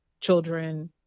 children